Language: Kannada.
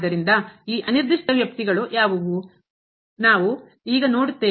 ಆದ್ದರಿಂದ ಈ ಅನಿರ್ದಿಷ್ಟ ಅಭಿವ್ಯಕ್ತಿಗಳು ಯಾವುವು ನಾವು ಈಗ ನೋಡುತ್ತೇವೆ